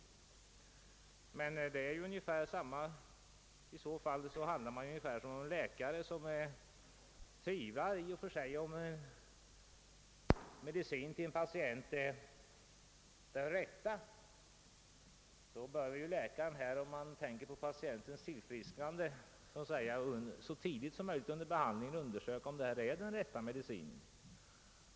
Vi befinner oss här i ungefär samma situation som en läkare som tvivlar på om en viss medicin är den rätta för en patient. Då bör ju läkaren, om han tänker på patientens tillfrisknande, så tidigt som möjligt under behandlingen undersöka huruvida medicinen är den rätta.